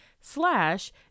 slash